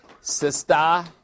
sister